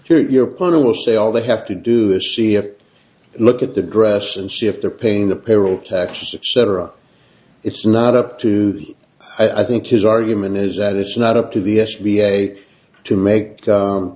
both your partner will say all they have to do is see a look at the dress and see if they're paying the payroll tax cut cetera it's not up to i think his argument is that it's not up to the s b a to make